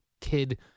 kid